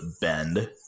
bend